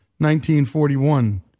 1941